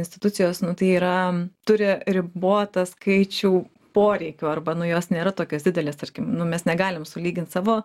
institucijos nu tai yra turi ribotą skaičių poreikių arba nu jos nėra tokios didelės tarkim mes negalim sulygint savo